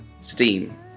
steam